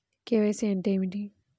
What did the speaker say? KYC అంటే ఏమి?